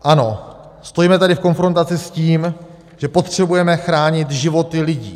Ano, stojíme tady v konfrontaci s tím, že potřebujeme chránit životy lidí.